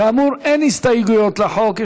כאמור, אין הסתייגויות לחוק.